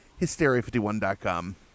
Hysteria51.com